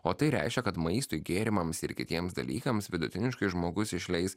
o tai reiškia kad maistui gėrimams ir kitiems dalykams vidutiniškai žmogus išleis